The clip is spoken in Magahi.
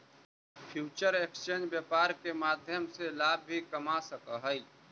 फ्यूचर एक्सचेंज व्यापार के माध्यम से लाभ भी कमा सकऽ हइ